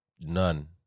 None